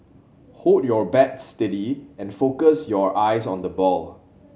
hold your bat steady and focus your eyes on the ball